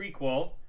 prequel